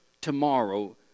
tomorrow